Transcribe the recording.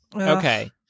okay